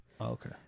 Okay